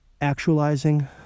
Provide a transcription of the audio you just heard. Actualizing